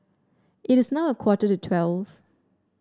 it is now a quarter to twelve